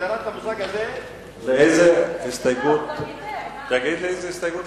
תגיד לי על איזו הסתייגות להצביע.